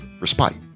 respite